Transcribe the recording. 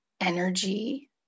energy